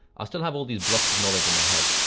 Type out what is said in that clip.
i still have all these blocks of knowledge in my head,